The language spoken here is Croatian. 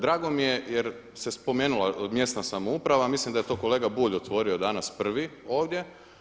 Drago mi je jer se spomenula mjesna samouprava, mislim da je to kolega Bulj otvorio danas prvi, ovdje.